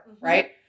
Right